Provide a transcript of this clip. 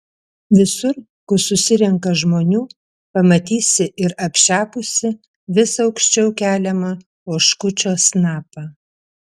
visur kur susirenka žmonių pamatysi ir apšepusį vis aukščiau keliamą oškučio snapą